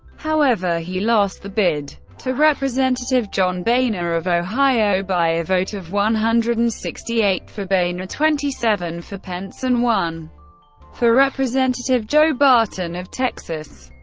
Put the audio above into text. however, he lost the bid to representative john boehner of ohio by a vote of one hundred and sixty eight for boehner, twenty seven for pence, and one for representative joe barton of texas.